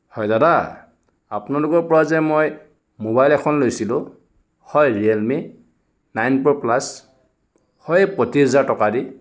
হয় দাদা আপোনালোকৰ পৰা যে মই মোবাইল এখন লৈছিলোঁ হয় ৰিয়েলমি নাইন প্ৰ' প্লাছ হয় পঁচিশ হাজাৰ টকা দি